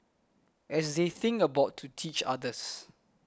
as they think about to teach others